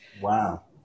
Wow